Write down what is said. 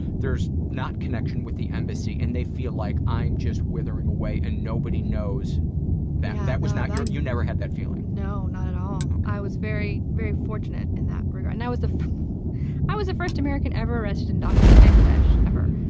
there's not connection with the embassy and they feel like, i'm just withering away and nobody knows that. that was not your you never had that feeling. no, not at all. i was very, very fortunate in that regard and that was the i was the first american ever arrested and in bangladesh, ever.